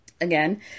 again